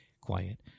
quiet